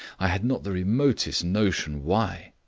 i had not the remotest notion why.